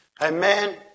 Amen